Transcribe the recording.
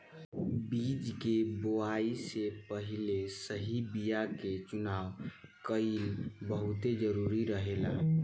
बीज के बोआई से पहिले सही बीया के चुनाव कईल बहुत जरूरी रहेला